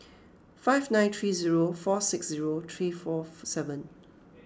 five nine three zero four six zero three four seven